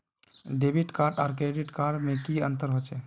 Debit card आर credit card में की अंतर होचे?